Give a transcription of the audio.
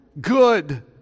good